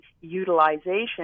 utilization